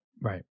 Right